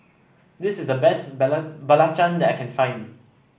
this is the best Belacan that I can find